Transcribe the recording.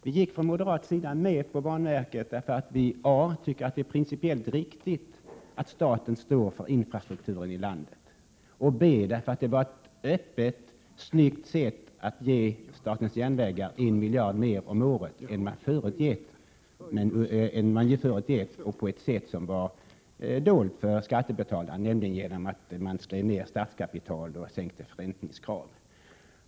Vi gick från moderat sida med på att inrätta ett banverk därför att vi dels tycker att det är principiellt riktigt att staten står för infrastrukturer i landet, dels tycker att det var ett öppet och snyggt sätt att ge statens järnvägar 1 miljard kronor mer om året än vad man förut gett på ett sätt som var dolt för skattebetalarna, nämligen genom att man skrev ner statskapital och sänkte förräntningskrav.